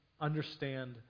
understand